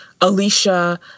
Alicia